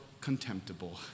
contemptible